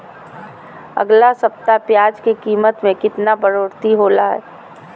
अगला सप्ताह प्याज के कीमत में कितना बढ़ोतरी होलाय?